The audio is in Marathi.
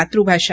मातृभाषा